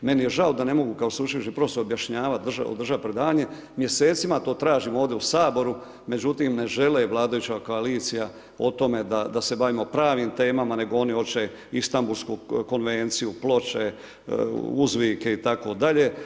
Meni je žao da ne mogu kao sveučilišni profesor objašnjavat, održat predavanje, mjesecima to tražim ovdje u Saboru, međutim ne žele vladajuća koalicija o tome da se bavimo, pravim temama, nego oni hoće Istanbulsku konvenciju, ploče, uzvike itd.